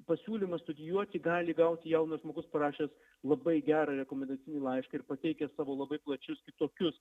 pasiūlymą studijuoti gali gauti jaunas žmogus parašęs labai gerą rekomendacinį laišką ir pateikęs savo labai plačius kitokius